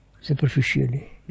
superficially